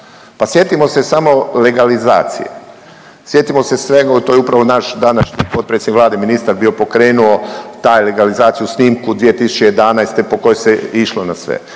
Pa sjetimo se samo legalizacije. Sjetimo se svega to je upravo naš današnji potpredsjednik Vlade ministar bio pokrenuo tu legalizaciju, snimku 2011. po kojoj se išlo na sve.